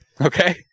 Okay